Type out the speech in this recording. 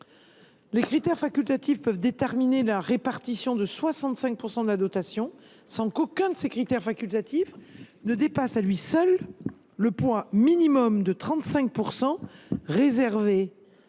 Les critères facultatifs peuvent déterminer la répartition de 65 % de la dotation sans qu’aucun dépasse à lui seul le poids minimum de 35 % réservé